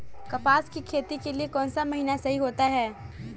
कपास की खेती के लिए कौन सा महीना सही होता है?